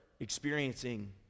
experiencing